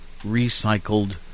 recycled